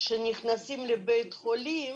כשנכנסים לבית חולים